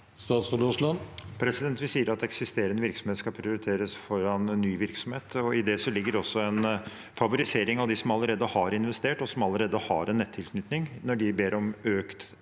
Vi sier at eksis- terende virksomhet skal prioriteres foran ny virksomhet. I det ligger det en favorisering av dem som allerede har investert og har en nettilknytning, når de ber om økt